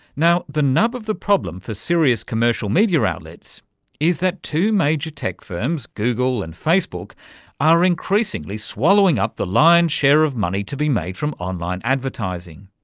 now, the nub of the problem for serious commercial media outlets is that two major tech firms google and facebook are increasingly swallowing up the lion's share of money to be made from online advertising.